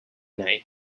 night